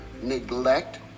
neglect